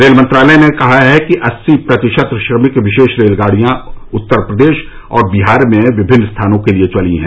rail मंत्रालय ने कहा है कि अस्सी प्रतिशत श्रमिक विशेष रेलगाड़ियां उत्तर प्रदेश और बिहार में विभिन्न स्थानों के लिए चली हैं